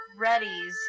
readies